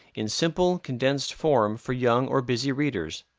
in simple, condensed form for young or busy readers.